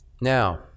Now